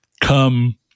come